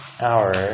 hour